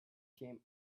came